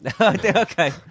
Okay